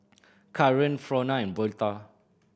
Kaaren Frona and Berta